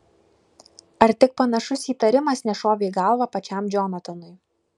ar tik panašus įtarimas nešovė į galvą pačiam džonatanui